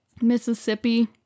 mississippi